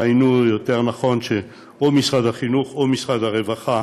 ראינו לנכון שמשרד החינוך או משרד הרווחה